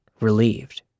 Relieved